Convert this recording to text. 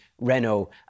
Renault